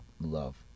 love